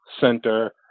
center